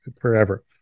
forever